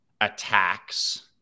attacks